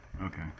Okay